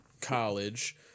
College